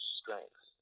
strength